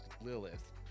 Lilith